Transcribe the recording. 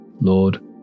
Lord